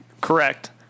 Correct